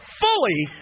fully